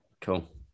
Cool